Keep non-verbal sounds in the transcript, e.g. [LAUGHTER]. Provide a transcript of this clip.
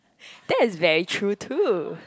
[BREATH] that is very true too